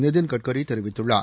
நிதின் கட்கரி தெரிவித்துள்ளார்